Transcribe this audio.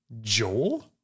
joel